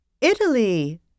Italy